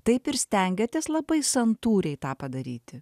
taip ir stengiatės labai santūriai tą padaryti